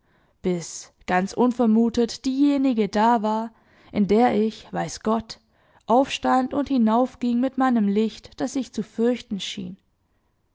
bis ganz unvermutet diejenige da war in der ich weiß gott aufstand und hinaufging mit meinem licht das sich zu fürchten schien